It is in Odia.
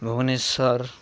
ଭୁବନେଶ୍ୱର